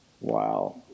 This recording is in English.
Wow